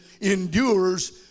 endures